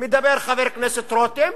מדבר חבר הכנסת רותם,